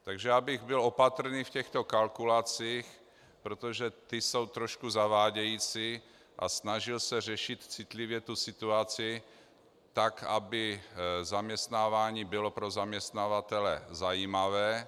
Takže já bych byl opatrný v těchto kalkulacích, protože ty jsou trošku zavádějící, a snažil se řešit citlivě situaci tak, aby zaměstnávání bylo pro zaměstnavatele zajímavé.